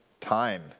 time